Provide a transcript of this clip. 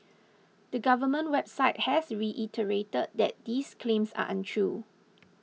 the government website has reiterated that these claims are untrue